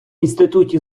інституті